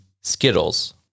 Skittles